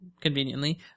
conveniently